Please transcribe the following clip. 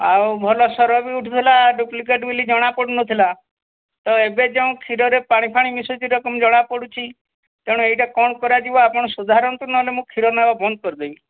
ଆଉ ଭଲ ସର ବି ଉଠୁଥୁଲା ଡୁପ୍ଲିକେଟ୍ ବୋଲି ଜଣା ପଡ଼ୁନଥିଲା ତ ଏବେ ଯେଉଁ କ୍ଷୀରରେ ପାଣି ଫାଣି ମିଶୁଛି ଏ ରକମ ଜଣାପଡ଼ୁଛି ତେଣୁ ଏଇଟା କ'ଣ କରାଯିବ ଆପଣ ସୁଧାରନ୍ତୁ ନହନେ ମୁଁ କ୍ଷୀର ନେବା ବନ୍ଦ କରିଦେବି